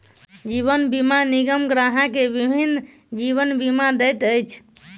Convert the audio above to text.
जीवन बीमा निगम ग्राहक के विभिन्न जीवन बीमा दैत अछि